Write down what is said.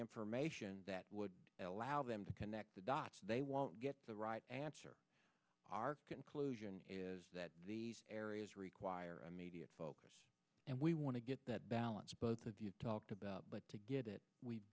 information that would allow them to connect the dots they won't get the right answer our conclusion is that these areas require immediate focus and we want to get that balance both of you talked about but to get it we've